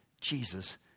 Jesus